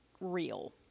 real